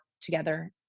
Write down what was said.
together